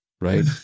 right